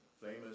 famous